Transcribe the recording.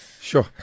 Sure